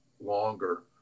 longer